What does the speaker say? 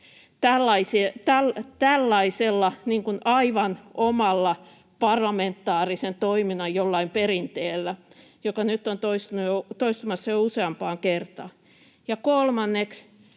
tällaisella aivan omalla parlamentaarisen toiminnan perinteellä, joka nyt on toistumassa jo useampaan kertaan? Ja kolmanneksi,